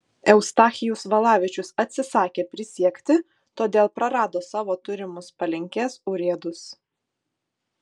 eustachijus valavičius atsisakė prisiekti todėl prarado savo turimus palenkės urėdus